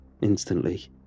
instantly